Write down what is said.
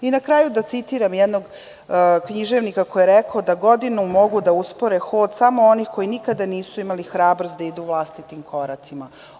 Na kraju da citiram jednog književnika koji je rekao da godinu mogu da uspore samo oni koji nikada nisu imali hrabrost da idu vlastitim koracima.